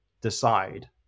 decide